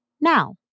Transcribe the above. now